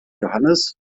johannes